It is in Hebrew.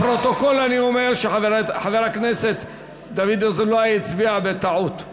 לפרוטוקול אני אומר שחבר הכנסת דוד אזולאי הצביע בטעות.